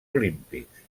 olímpics